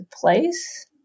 place